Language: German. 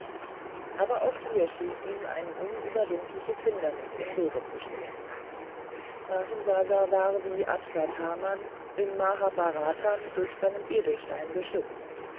aber auch hier schien ihm ein unüberwindliches hindernis im wege zu stehen mahimsasa war wie avatthaman im mahabharatam durch seinen edelstein geschützt